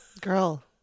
Girl